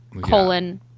Colon